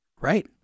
Right